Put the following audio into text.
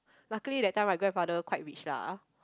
luckily that time my grandfather quite rich lah